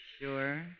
Sure